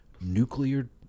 nuclear